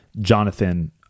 Jonathan